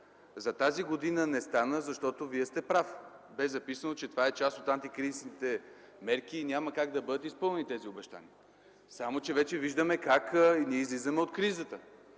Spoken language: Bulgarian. За тази година не стана, защото – Вие сте прав, бе записано, че това е част от антикризисните мерки и няма как да бъде изпълнено. Но вече виждаме как излизаме от кризата,